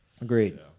Agreed